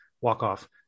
walk-off